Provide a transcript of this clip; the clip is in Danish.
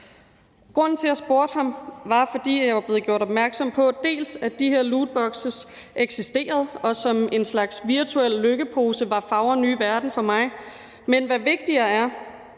Grunden til, at jeg spurgte ham, var, at jeg var blevet gjort opmærksom på, at de her lootbokse eksisterede og som en slags virtuel lykkepose var fagre nye verden for mig, men at de,